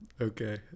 Okay